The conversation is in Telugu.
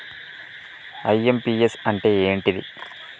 ఐ.ఎమ్.పి.యస్ అంటే ఏంటిది?